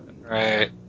Right